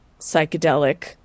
psychedelic